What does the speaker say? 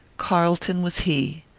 carlton was he.